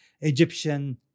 Egyptian